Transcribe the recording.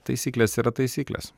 taisyklės yra taisyklės